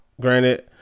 granted